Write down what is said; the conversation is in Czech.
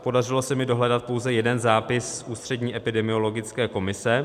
Podařilo se mi dohledat pouze jeden zápis z Ústřední epidemiologické komise.